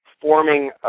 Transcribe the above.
forming